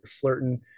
flirting